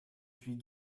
suis